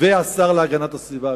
ולזכותו של השר הקודם להגנת הסביבה,